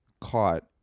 caught